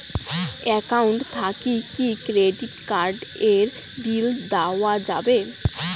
Account থাকি কি credit card এর বিল দেওয়া যাবে?